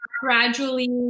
gradually